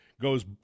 goes